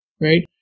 right